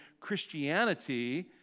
Christianity